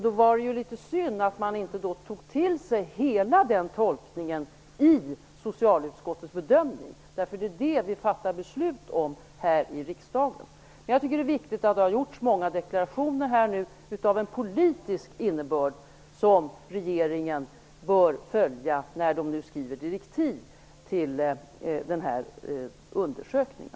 Då var det litet synd att man inte tog till sig hela den tolkningen i socialutskottets bedömning, eftersom det är den vi fattar beslut om här i riksdagen. Jag tycker att det är viktigt att det här har gjorts många deklarationer med politisk innebörd. Regeringen bör följa dem när den nu skriver direktiv till den här undersökningen.